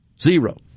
Zero